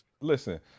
Listen